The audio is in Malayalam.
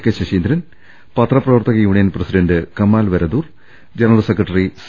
കെ ശശീന്ദ്രൻ പത്രപ്രവർത്തക union president Kamal Varadoor general secretary C